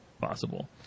possible